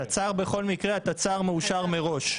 בכל מקרה התצ"ר מאושר מראש.